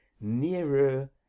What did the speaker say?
nearer